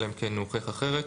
אלא אם כן הוא הוכיח אחרת,